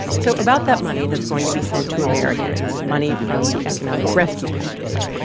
so about that money that's going to be sent to americans, money from the economic rescue package,